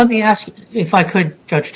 let me ask you if i could go to